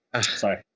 Sorry